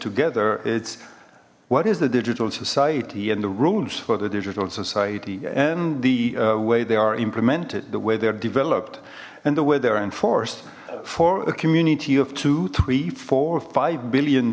together it's what is the digital society and the rules for the digital society and the way they are implemented the way they are developed and the way they are enforced for a community of two three four five billion